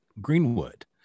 Greenwood